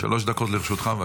בבקשה, שלוש דקות לרשותך.